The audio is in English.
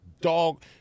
dog